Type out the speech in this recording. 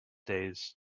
days